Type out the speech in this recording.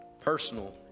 personal